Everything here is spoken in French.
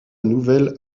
nouvelle